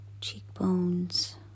Cheekbones